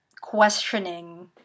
questioning